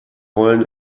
heulen